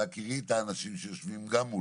בהכירי גם את האנשים שיושבים מולי,